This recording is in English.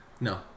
No